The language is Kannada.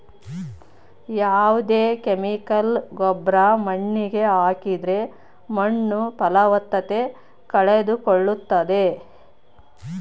ಯಾವ್ದೇ ಕೆಮಿಕಲ್ ಗೊಬ್ರ ಮಣ್ಣಿಗೆ ಹಾಕಿದ್ರೆ ಮಣ್ಣು ಫಲವತ್ತತೆ ಕಳೆದುಕೊಳ್ಳುತ್ತದೆ